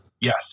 Yes